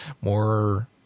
more